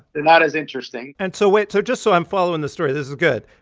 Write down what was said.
not as interesting and so wait. so just so i'm following the story this is good.